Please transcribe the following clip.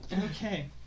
Okay